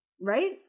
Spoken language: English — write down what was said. right